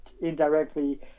indirectly